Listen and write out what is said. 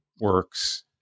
works